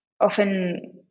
Often